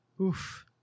Oof